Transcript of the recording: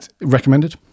Recommended